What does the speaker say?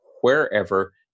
wherever